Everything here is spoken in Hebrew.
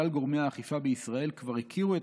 כלל גורמי האכיפה בישראל כבר הכירו את